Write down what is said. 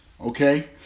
okay